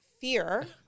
fear